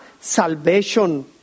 salvation